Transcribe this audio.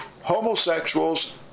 homosexuals